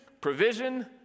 provision